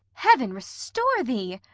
heaven restore thee!